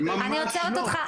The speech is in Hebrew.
אני עוצרת אותך.